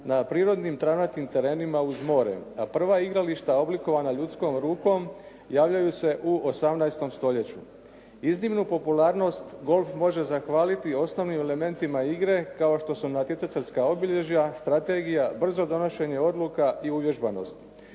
na prirodnim travnatim terenima uz more, a prva igrališta oblikovana ljudskom rukom javljaju se u 18. stoljeću. Iznimnu popularnost golf može zahvaliti osnovnim elementima igre kao što su: natjecateljska obilježja, strategija, brzo donošenje odluka i uvježbanost.